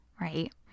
right